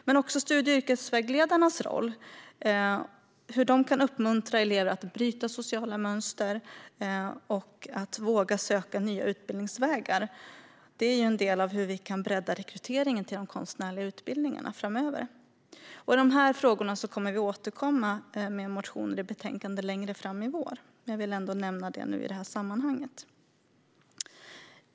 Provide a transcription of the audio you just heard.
Även studie och yrkesvägledarnas roll och hur de kan uppmuntra elever att bryta sociala mönster och att våga söka nya utbildningsvägar är en del av hur vi kan bredda rekryteringen till de konstnärliga utbildningarna framöver. I dessa frågor kommer vi att återkomma med motioner i betänkanden längre fram i vår. Men jag vill ändå nämna det i detta sammanhang.